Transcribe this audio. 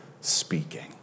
speaking